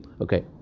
Okay